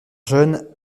jeune